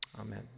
amen